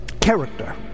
character